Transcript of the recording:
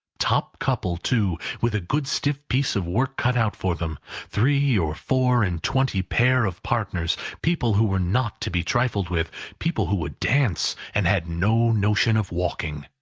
top couple, too with a good stiff piece of work cut out for them three or four and twenty pair of partners people who were not to be trifled with people who would dance, and had no notion of walking.